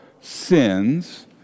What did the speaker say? sins